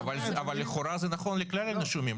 --- אבל לכאורה זה נכון לכלל הנישומים,